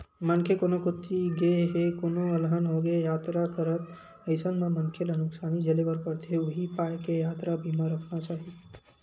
मनखे कोनो कोती गे हे कोनो अलहन होगे यातरा करत अइसन म मनखे ल नुकसानी झेले बर परथे उहीं पाय के यातरा बीमा रखना चाही